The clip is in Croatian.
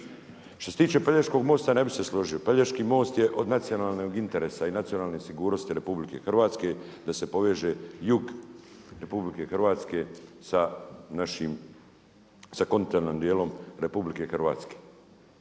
Što se tiče Pelješkog mosta, ne bih se složio. Pelješki most je od nacionalnog interesa i nacionalne sigurnosti RH da se poveže jug RH sa kontinentalnim dijelom RH. Taj novac će